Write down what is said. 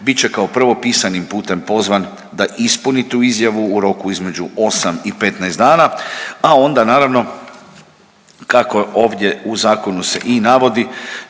bit će kao prvo pisanim putem pozvan da ispuni tu izjavu u roku između 8 i 15 dana, a onda naravno, kako ovdje u zakonu se i navodi,